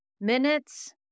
Minutes